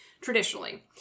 traditionally